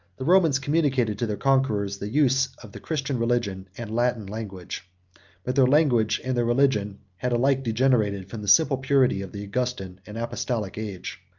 the romans communicated to their conquerors the use of the christian religion and latin language but their language and their religion had alike degenerated from the simple purity of the augustan, and apostolic age.